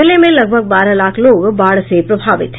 जिले में लगभग बारह लाख लोग बाढ़ से प्रभावित हैं